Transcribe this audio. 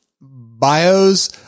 bios